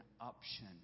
option